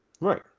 Right